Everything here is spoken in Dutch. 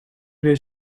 weer